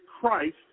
Christ